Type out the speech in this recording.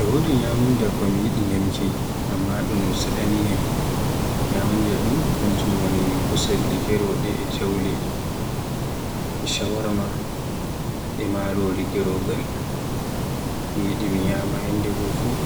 E wodi ñyamunda ko mi yiɗi ñyamki Amma dun sadaniyam, ñyamunda dun kanjum woni kusel gerogal e jawle, e shawarma e marori gerogal. Mi yiɗi mi ñyama yandego fuf